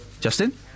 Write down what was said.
Justin